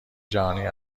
جهانی